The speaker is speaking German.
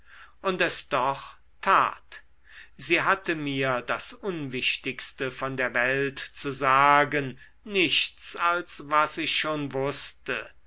und es doch tat sie hatte mir das unwichtigste von der welt zu sagen nichts als was ich schon wußte